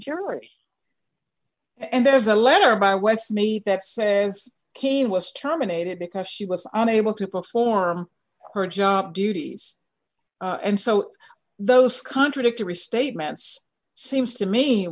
jurors and there's a letter by westmeath that says cave was terminated because she was unable to post her job duties and so those contradictory statements seems to me